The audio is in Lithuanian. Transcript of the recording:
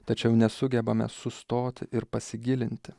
tačiau nesugebame sustoti ir pasigilinti